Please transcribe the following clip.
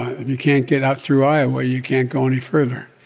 if you can't get out through iowa, you can't go any further.